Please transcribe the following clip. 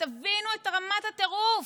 תבינו את רמת הטירוף,